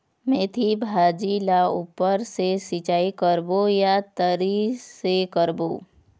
मेंथी भाजी ला ऊपर से सिचाई करबो या तरी से करबो?